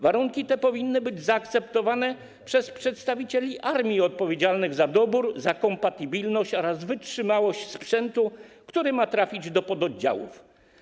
Warunki te powinny być zaakceptowane przez przedstawicieli armii odpowiedzialnych za dobór, kompatybilność oraz wytrzymałość sprzętu, który ma trafić do pododdziałów.